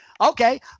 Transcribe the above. Okay